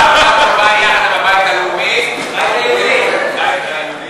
יחד לבית היהודי, ליאיר לפיד.